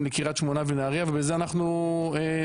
בקריית שמונה ונהריה ובזה אנחנו נסיים,